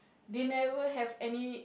they never have any